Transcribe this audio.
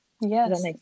Yes